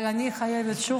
אבל שוב,